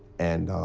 and,